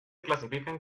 clasifican